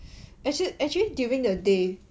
actually actually during the day